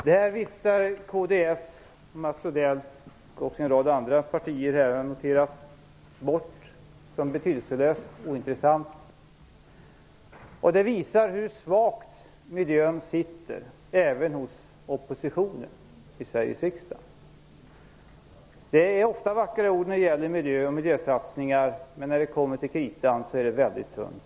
Detta viftar Mats Odell, kds och en rad andra partier bort som betydelselöst och ointressant. Det visar hur svagt engagemanget för miljön sitter även hos oppositionen i Sveriges riksdag. Det är ofta vackra ord när det gäller miljö och miljösatsningar, men när det kommer till kritan är det väldigt tunt.